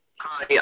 Hi